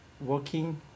working